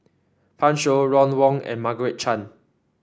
Pan Shou Ron Wong and Margaret Chan